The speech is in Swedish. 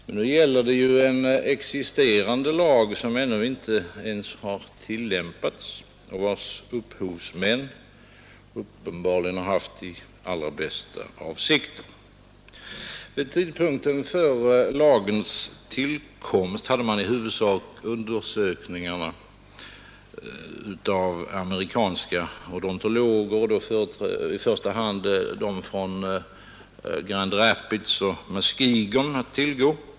Men nu gäller det en existerande lag som ännu inte ens har tillämpats och vars upphovsmän uppenbarligen haft de allra bästa avsikter. Vid tidpunkten för lagens tillkomst hade man i huvudsak undersökningar av amerikanska odontologer, i första hand undersökningarna i Grand Rapids och Muskegon att tillgå.